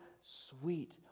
sweet